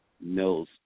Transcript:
knows